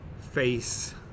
face